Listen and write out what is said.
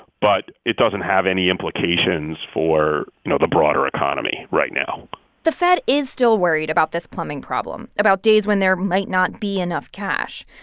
but it doesn't have any implications for, you know, the broader economy right now the fed is still worried about this plumbing problem about days when there might not be enough cash.